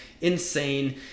insane